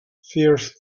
firs